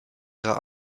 ihrer